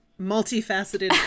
multifaceted